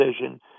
decision